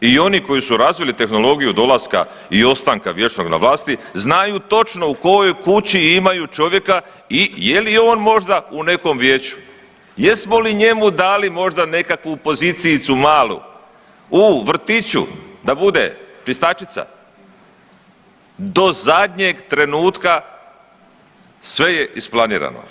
I oni koji su razvili tehnologiju dolaska i ostanka vječnog na vlasti znaju točno u kojoj kući imaju čovjeka i je li je on možda u nekom vijeću, jesmo li njemu dali možda nekakvu pozicijicu malu u vrtiću da bude čistačica, do zadnjeg trenutka sve je isplanirano.